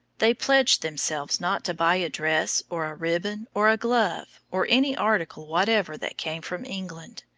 they pledged themselves not to buy a dress, or a ribbon, or a glove, or any article whatever that came from england.